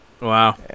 Wow